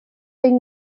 den